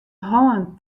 hân